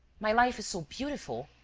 my life is so beautiful.